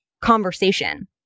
conversation